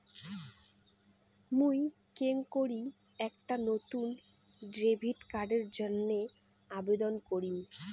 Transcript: মুই কেঙকরি একটা নতুন ডেবিট কার্ডের জন্য আবেদন করিম?